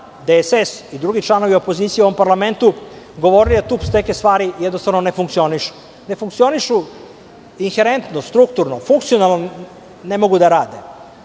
DSS i drugi članovi opozicije u ovom parlamentu govorili da tu neke stvari ne funkcionišu. Ne funkcionišu inherentno, strukturno, funkcionalno ne mogu da